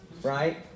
right